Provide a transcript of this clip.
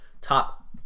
top